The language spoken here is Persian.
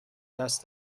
دست